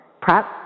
prep